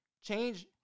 change